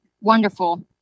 wonderful